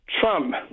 Trump